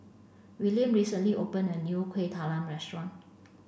Willaim recently opened a new Kueh Talam Restaurant